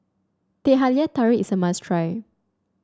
Teh Halia Tarik is a must try